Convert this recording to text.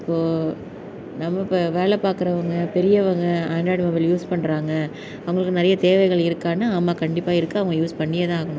இப்போது நம்ம இப்போ வேலை பார்க்குறவங்க பெரியவங்க ஆண்ட்ராய்ட் மொபைல் யூஸ் பண்ணுறாங்க அவங்களுக்கு நிறைய தேவைகள் இருக்கானால் ஆமாம் கண்டிப்பாக இருக்குது அவங்க யூஸ் பண்ணியேதான் ஆகணும்